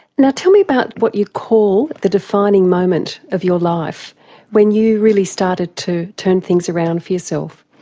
now tell me about what you call the defining moment of your life when you really started to turn things around for yourself?